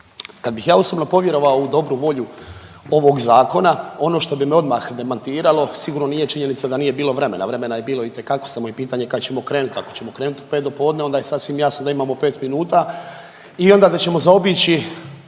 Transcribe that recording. Kad bih ja osobno povjerovao u dobru volju ovog Zakona, ono što bi me odmah demantiralo, sigurno nije činjenica da nije bilo vremena, vremena je bilo itekako, samo je pitanje kad ćemo krenut. Ako ćemo krenuti u 5 do podne, onda je sasvim jasno da imamo 5 minuta i onda da ćemo zaobići